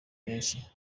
menshi